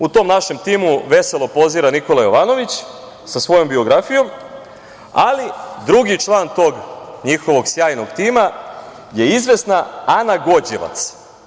U tom našem timu veselo pozira Nikola Jovanović, sa svojom biografijom, ali drugi član tog njihovog sjajnog tima je izvesna Ana Gođevac.